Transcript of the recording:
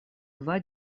два